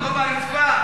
גובה הרצפה.